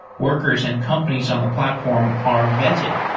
workers and companies on the platform are vetted,